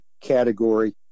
category